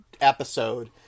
episode